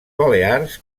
balears